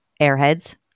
airheads